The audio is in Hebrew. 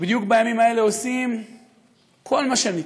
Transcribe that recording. שבדיוק בימים האלה עושים כל מה שניתן,